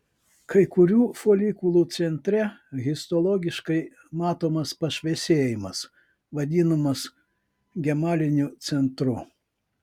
kai kurių folikulų centre histologiškai matomas pašviesėjimas vadinamas gemaliniu centru